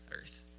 earth